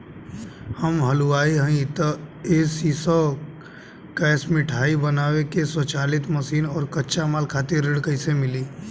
हम हलुवाई हईं त ए.सी शो कैशमिठाई बनावे के स्वचालित मशीन और कच्चा माल खातिर ऋण कइसे मिली?